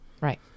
Right